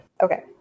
Okay